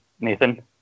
Nathan